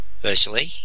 virtually